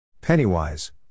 Pennywise